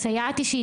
סייעת אישית?